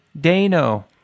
Dano